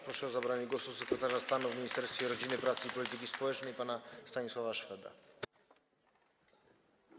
Proszę o zabranie głosu sekretarza stanu w Ministerstwie Rodziny, Pracy i Polityki Społecznej pana Stanisława Szweda.